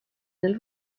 del